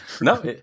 no